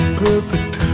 perfect